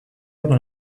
dans